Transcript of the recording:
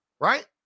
right